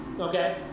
okay